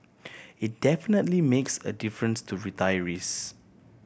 it definitely makes a difference to retirees